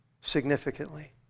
significantly